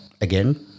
Again